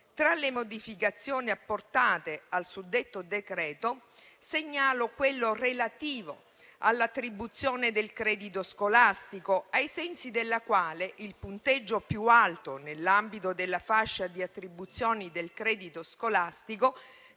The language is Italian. Tra le modificazioni apportate al suddetto decreto legislativo, segnalo quella relativa all'attribuzione del credito scolastico, ai sensi della quale il punteggio più alto nell'ambito della fascia di attribuzioni del credito scolastico,